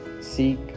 seek